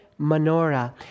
menorah